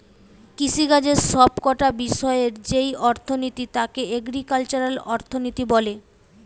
কৃষিকাজের সব কটা বিষয়ের যেই অর্থনীতি তাকে এগ্রিকালচারাল অর্থনীতি বলে